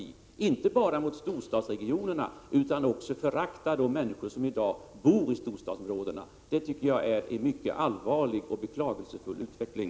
Man är fientlig inte bara mot storstadsregionerna, utan man visar sin inställning också genom att hysa förakt för de människor som i dag bor i storstadsområdena. Detta tycker jag är mycket allvarligt och en beklaglig utveckling.